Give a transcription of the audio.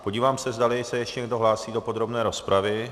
Podívám se, zdali se ještě někdo hlásí do podrobné rozpravy.